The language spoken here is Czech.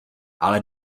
ale